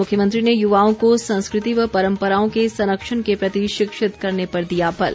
मुख्यमंत्री ने युवाओं को संस्कृति व परम्पराओं के संरक्षण के प्रति शिक्षित करने पर दिया बल